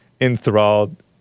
enthralled